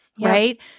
Right